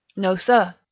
no, sir.